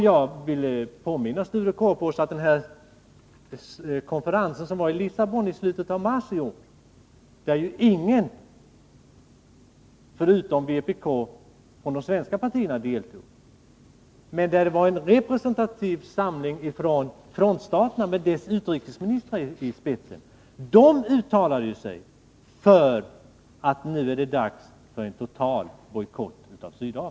Jag vill påminna Sture Korpås om den konferens som hölls i Lissabon i mars i år, där inget av de svenska partierna deltog förutom vpk, men där det fanns en representativ samling från frontstaterna med deras utrikesministrar ispetsen. De uttalade sig för att det är dags för en total bojkott av Sydafrika.